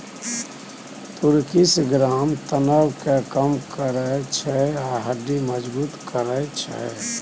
तुर्किश ग्राम तनाब केँ कम करय छै आ हड्डी मजगुत करय छै